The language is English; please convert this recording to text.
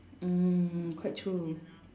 mm quite true